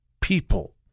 people